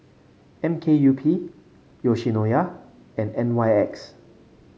M K U P Yoshinoya and N Y X